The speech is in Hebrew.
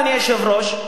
אדוני היושב-ראש,